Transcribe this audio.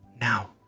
Now